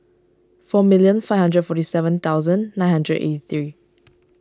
four million five hundred forty seven thousand nine hundred eighty three